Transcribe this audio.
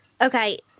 Okay